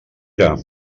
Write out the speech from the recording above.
era